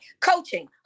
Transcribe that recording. Coaching